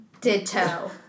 Ditto